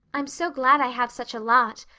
i'm so glad i have such a lot.